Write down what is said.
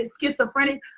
schizophrenic